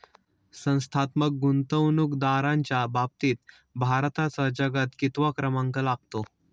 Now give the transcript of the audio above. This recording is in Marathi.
संस्थात्मक गुंतवणूकदारांच्या बाबतीत भारताचा जगात कितवा क्रमांक लागतो?